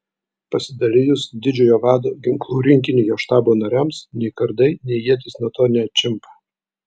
pasidalijus didžiojo vado ginklų rinkinį jo štabo nariams nei kardai nei ietys nuo to neatšimpa